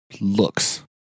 looks